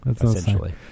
essentially